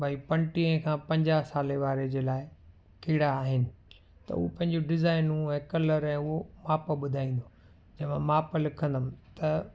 भाई पंटीह खां पंजाह साले वारे जे लाइ कहिड़ा आहिनि त हू पंहिंजो डिज़ाइनूं ऐं कलर ऐं हो माप ॿुधाइनि जंहिंमें माप लिखंदमि त